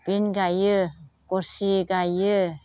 बिन गाइयो गरसि गाइयो